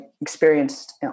experienced